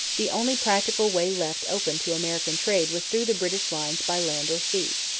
the only practical way left open to american trade was through the british lines by land or sea.